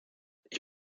ich